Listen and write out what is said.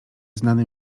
znany